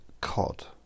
Cod